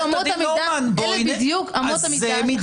בואי נדבר על זה.